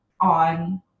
on